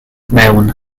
mewn